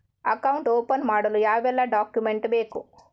Account open ಮಾಡಲು ಯಾವೆಲ್ಲ document ಬೇಕು?